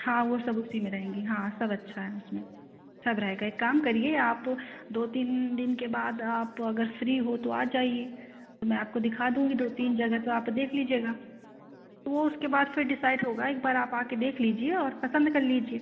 हाँ वो सब उसी में रहेंगी हाँ सब अच्छा है उसमें सब रहेगा एक काम करिए आप दो तीन दिन के बाद आप अगर फ्री हो तो आ जाइए मैं आपको दिखा दूँगी दो तीन जगह तो आप देख लीजिएगा तो वह उसके बाद फिर डिसाइड होगा एक बार आप आ कर देख लीजिए और पसंद कर लीजिए